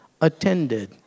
attended